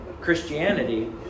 Christianity